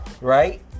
Right